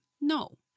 No